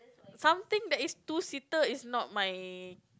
something that is two seater is not my